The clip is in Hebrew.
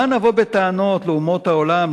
מה נבוא בטענות לאומות העולם,